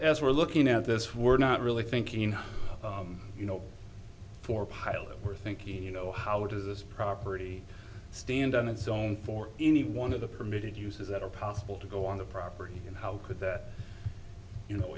as we're looking at this we're not really thinking you know for pilot we're thinking you know how does this property stand on its own for any one of the permitted uses that are possible to go on the property and how could that you know